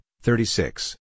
thirty-six